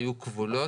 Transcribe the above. היו כבולות.